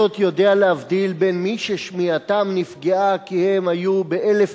אני בכל זאת יודע להבדיל בין מי ששמיעתם נפגעה כי הם היו ב-1,000